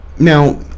now